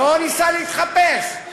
לא ניסה להתחפש.